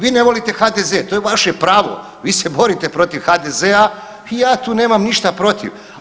Vi ne volite HDZ to je vaše pravo, vi se borite protiv HDZ-a i ja tu nemam ništa protiv.